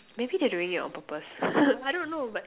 maybe they're doing it on purpose I don't know but